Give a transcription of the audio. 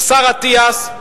השר אטיאס,